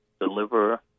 deliver